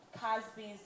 Cosby's